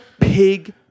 pig